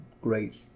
great